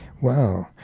wow